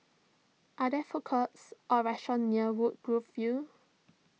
are there food courts or restaurants near Woodgrove View